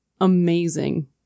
amazing